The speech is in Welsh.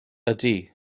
ydy